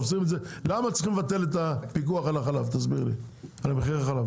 למה צריך לבטל את הפיקוח על מחיר החלב?